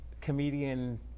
comedian